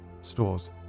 stores